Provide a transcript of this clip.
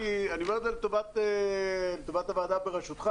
אני אומר את זה לטובת הוועדה בראשותך